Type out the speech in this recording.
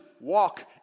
walk